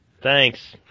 Thanks